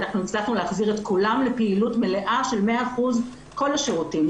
הצלחנו להחזיר את כולם לפעילות מלאה של 100%. כל השירותים,